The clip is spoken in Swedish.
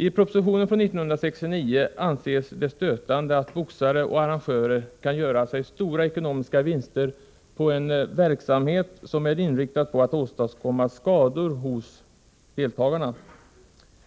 I propositionen från 1969 anses det stötande att boxare och arrangörer kan göra stora ekonomiska vinster på en verksamhet som är inriktad på att åstadkomma skador hos deltagarna.